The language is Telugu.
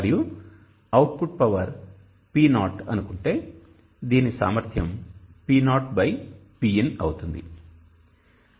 మరియు అవుట్పుట్ పవర్ P0 అనుకుంటే దీని సామర్థ్యం PoPin అవుతుంది